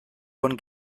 von